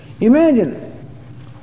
Imagine